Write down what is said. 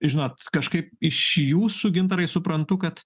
žinot kažkaip iš jūsų gintarai suprantu kad